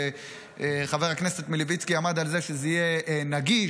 חבר הכנסת מלביצקי עמד על זה שזה יהיה נגיש,